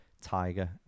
tiger